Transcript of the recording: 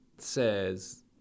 says